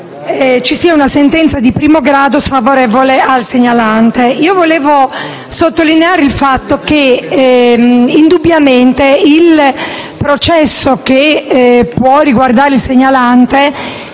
ci sia una sentenza di primo grado sfavorevole al segnalante. Vorrei sottolineare il fatto che indubbiamente il processo che può riguardare il segnalante